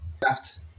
draft